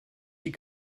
die